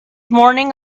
morning